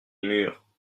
murs